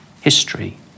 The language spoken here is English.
history